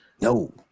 No